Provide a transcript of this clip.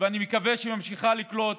ואני מקווה שהיא ממשיכה לקלוט.